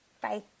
Bye